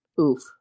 Oof